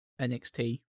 NXT